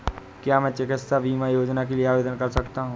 क्या मैं चिकित्सा बीमा योजना के लिए आवेदन कर सकता हूँ?